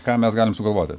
ką mes galim sugalvoti